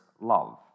love